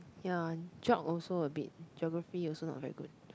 ya geog~ also a bit geography also not very good